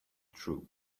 true